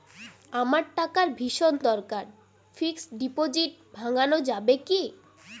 আমার টাকার ভীষণ দরকার ফিক্সট ডিপোজিট ভাঙ্গানো যাবে কি?